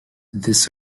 this